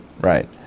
right